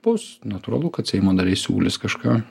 bus natūralu kad seimo nariai siūlys kažką